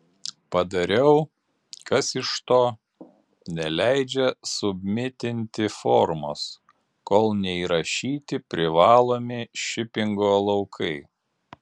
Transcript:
padariau kas iš to neleidžia submitinti formos kol neįrašyti privalomi šipingo laukai